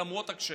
למרות הקשיים.